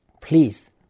Please